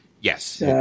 Yes